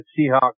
Seahawks